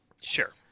Sure